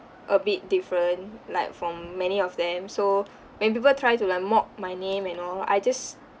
a bit different like from many of them so when people try to learn mock my name and all I just